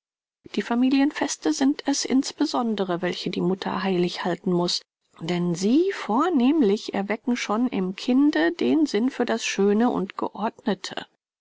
die familienfeste sind es insbesondere welche die mutter heilig halten muß denn sie vornehmlich erwecken schon im kinde den sinn für das schöne und geordnete